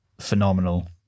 phenomenal